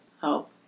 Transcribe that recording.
help